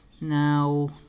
now